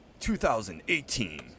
2018